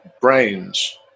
brains